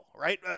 right